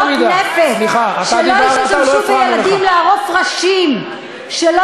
שלא ישתמשו בילדים לשים עליהם חגורות נפץ,